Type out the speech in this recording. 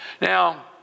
Now